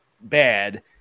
bad